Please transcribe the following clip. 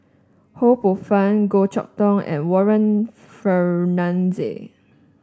Ho Poh Fun Goh Chok Tong and Warren Fernandez